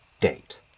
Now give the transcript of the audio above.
date